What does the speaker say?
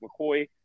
McCoy –